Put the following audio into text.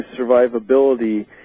survivability